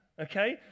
okay